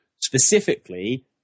Specifically